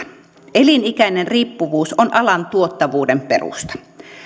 elinikäinen riippuvuus on alan tuottavuuden perusta